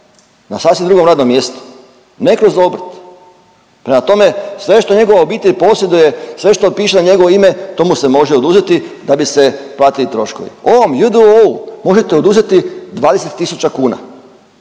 na sasvim drugom radnom mjestu, ne kroz obrt. Prema tome, sve što njegova obitelj posjeduje, sve što piše na njegovo ime to mu se može oduzeti da bi se platili troškovi. Ovom j.d.o.o.-u možete oduzeti 20 tisuća kuna.